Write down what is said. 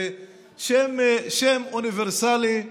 זה שם אוניברסלי.